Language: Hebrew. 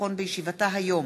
מרדכי יוגב,